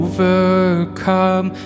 Overcome